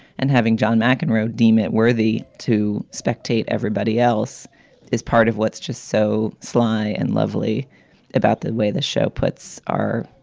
and having john mcenroe deem it worthy to spectate everybody else is part of what's just so sly and lovely about the way the show puts our